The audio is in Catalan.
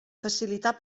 facilitar